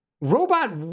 robot